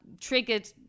triggered